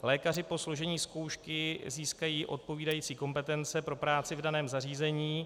Lékaři po složení zkoušky získají odpovídající kompetence pro práci v daném zařízení.